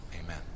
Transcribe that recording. Amen